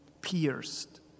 pierced